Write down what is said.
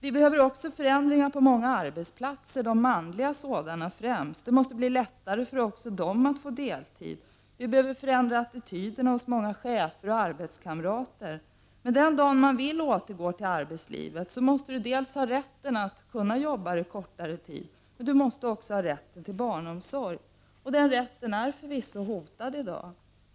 Det behövs också förändringar på fler arbetsplatser, främst på manliga sådana. Det måste bli lättare också för männen att få deltid. Attityderna hos många chefer och arbetskamrater måste förändras. Den dag som man vill återgå till arbetslivet måste man dels ha rätt att jobba kortare tid, dels ha rätt till barnomsorg. Den rätten är förvisso hotad i dag.